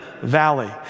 Valley